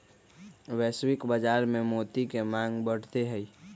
वैश्विक बाजार में मोती के मांग बढ़ते हई